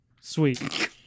Sweet